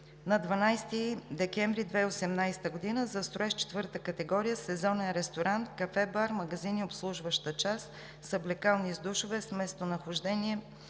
на 12 декември 2018 г. за строеж IV-та категория сезонен ресторант, кафе-бар, магазини, обслужваща част, съблекални с душове, с местонахождение